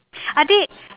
are they